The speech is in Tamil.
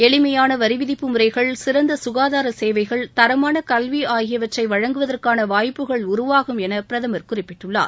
எளிமையான வரி விதிப்பு முறைகள் சிறந்த சுகாதார சேவைகள் தரமான கல்வி ஆகியவற்றை வழங்குவதற்கான வாய்ப்புகள் உருவாகும் என பிரதமர் குறிப்பிட்டுள்ளார்